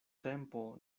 tempo